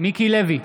מיקי לוי,